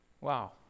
Wow